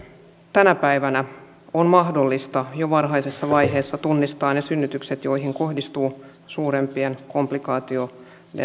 tänä päivänä on mahdollista jo varhaisessa vaiheessa tunnistaa ne synnytykset joihin kohdistuu suurempien komplikaatioiden